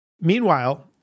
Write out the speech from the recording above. Meanwhile